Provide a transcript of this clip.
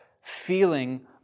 feeling